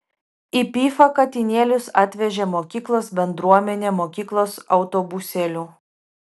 į pifą katinėlius atvežė mokyklos bendruomenė mokyklos autobusėliu